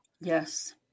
Yes